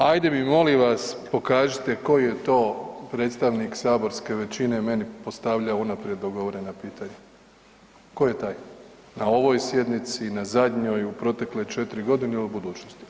Ajde mi molim vas pokažite koji je to predstavnik saborske većine meni postavljao unaprijed dogovorena pitanja, ko je taj na ovoj sjednici i na zadnjoj, u protekle 4.g. i u budućnosti?